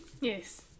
Yes